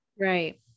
Right